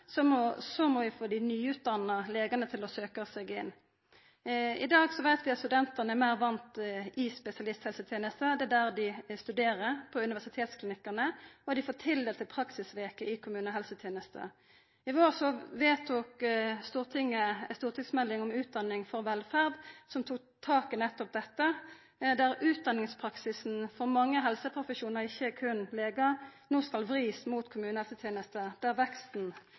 så å tvinga folk til det er ikkje nødvendigvis noko som fremmar kvalitet. Eg er òg einig med Høgre i at om vi skal lykkast betre med å få nok legar i primærhelsetenesta, må vi få dei nyutdanna legane til å søka seg inn. I dag veit vi at studentane er meir vane til spesialisthelsetenesta. Det er der dei studerer – på universitetsklinikkane – og dei får tildelt praksisveker i kommunehelsetenesta. I vår vedtok Stortinget ei stortingsmelding om utdanning for velferdstenestene, som